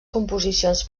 composicions